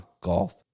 Golf